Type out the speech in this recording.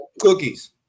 Cookies